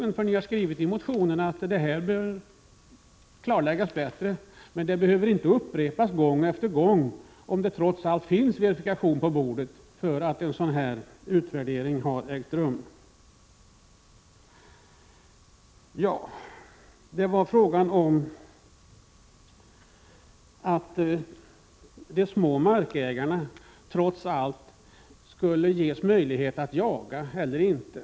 Ni har ju skrivit i motionen att det här bör klarläggas bättre. Men det behöver inte upprepas gång på gång. Här föreligger ju trots allt en verifikation på att en utvärdering har ägt rum. Så till frågan om huruvida de mindre markägarna trots allt skall få jaktmöjligheter eller inte.